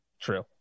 True